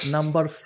Number